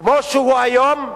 כמו שהוא היום,